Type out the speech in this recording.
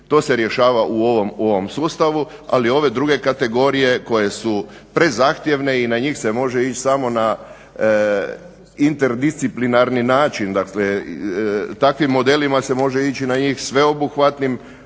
to se rješava u ovom sustavu, ali ove druge kategorije koje su prezahtjevne i na njih se može ići samo na interdisciplinarni način, dakle takvim modelima se može ići na njih sveobuhvatnim